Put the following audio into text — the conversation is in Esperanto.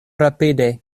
rapide